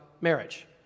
marriage